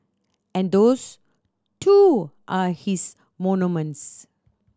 and those too are his monuments